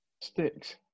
sticks